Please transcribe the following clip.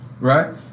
right